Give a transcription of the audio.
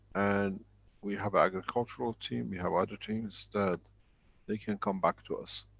and we have agricultural team, we have other teams that they can come back to us.